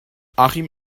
achim